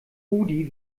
rudi